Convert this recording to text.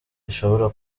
gishobora